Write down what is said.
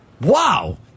Wow